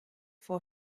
for